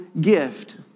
gift